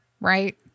right